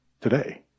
today